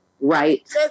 right